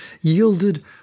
yielded